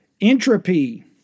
Entropy